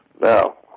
Now